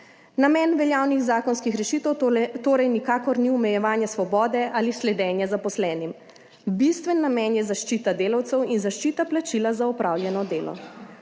Namen veljavnih zakonskih rešitev torej nikakor ni omejevanje svobode ali sledenja zaposlenim. Bistven namen je zaščita delavcev in zaščita plačila za opravljeno delo.